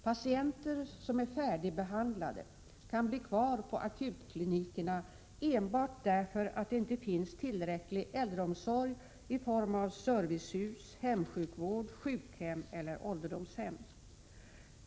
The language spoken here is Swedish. Patienter som är färdigbehandlade kan bli kvar på akutklinikerna enbart därför att det inte finns tillräcklig äldreomsorg i form av servicehus, hemsjukvård, sjukhem eller ålderdomshem.